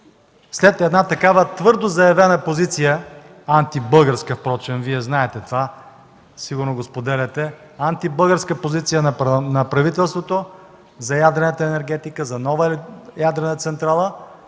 след една такава твърдо заявена позиция, антибългарска впрочем, Вие знаете това, сигурно го споделяте, антибългарска позиция на правителството за ядрената енергетика, за нова ядрена централа,